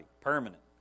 permanent